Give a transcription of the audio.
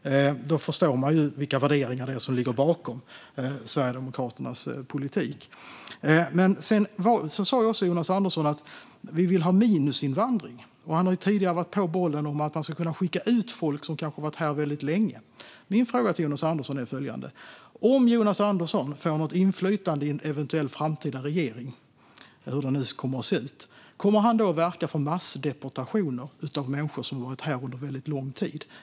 Då förstår man vilka värderingar det är som ligger bakom Sverigedemokraternas politik. Sedan sa Jonas Andersson också att Sverigedemokraterna vill ha minusinvandring. Han har tidigare varit på bollen om att man ska kunna skicka ut folk som kanske har varit här väldigt länge. Min fråga till Jonas Andersson är: Om Jonas Andersson får något inflytande i en eventuell framtida regering - hur den nu kommer att se ut - kommer han då att verka för massdeportationer av människor som har varit här under väldigt lång tid?